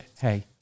hey